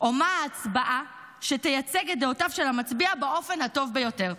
או מה ההצבעה שתייצג את דעותיו של המצביע באופן הטוב ביותר?